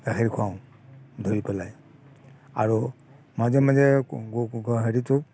গাখীৰ খুৱাওঁ ধৰি পেলাই আৰু মাজে মাজে হেৰিটো